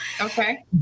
Okay